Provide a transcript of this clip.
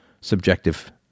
subjective